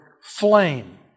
flame